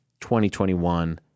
2021